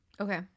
okay